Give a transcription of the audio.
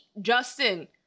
Justin